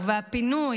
והפינוי,